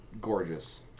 gorgeous